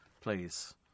please